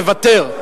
מוותר.